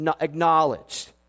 acknowledged